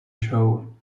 show